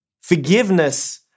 Forgiveness